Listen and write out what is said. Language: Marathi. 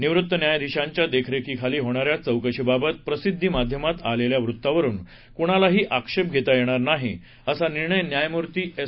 निवृत्त न्यायाधीशांच्या देखरेखी खाली होणाऱ्या चौकशीबाबत प्रसिद्धी माध्यमात आलेल्या वृत्तावरुन कूणालाही आक्षेप घेता येणार नाहीत असा निर्णय न्यायमूर्ती एस